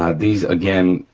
ah these, again,